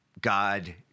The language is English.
God